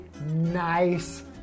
nice